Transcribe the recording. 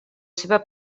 seva